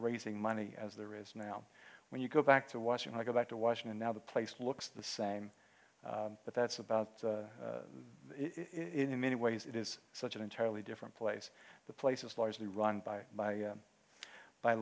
raising money as there is now when you go back to washington i go back to washington now the place looks the same but that's about it in many ways it is such an entirely different place the places largely run by by